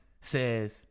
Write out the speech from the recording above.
says